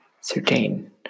certain